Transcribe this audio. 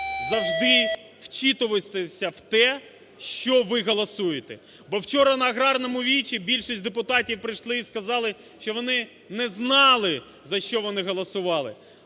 завжди вчитуватися в те, що ви голосуєте. Бо вчора на аграрному віче більшість депутатів прийшли і сказали, що вони не знали за що вони голосували.